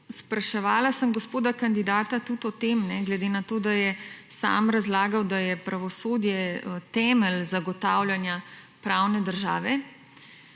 spraševala sem gospoda kandidata tudi o tem, ne, glede na to, da je sam razlagal, da je pravosodje temelj zagotavljanja pravne države,